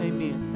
Amen